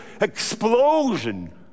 explosion